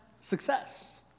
success